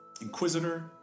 inquisitor